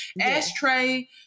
Ashtray